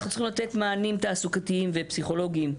אנחנו צריכים לתת מענים תעסוקתיים ופסיכולוגיים.